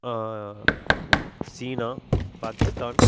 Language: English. China Pakistan